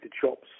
shops